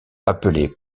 appelé